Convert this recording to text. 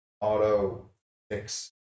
auto-fix